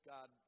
God